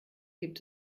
gibt